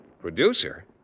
Producer